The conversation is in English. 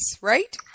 right